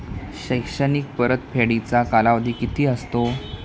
शैक्षणिक परतफेडीचा कालावधी किती असतो?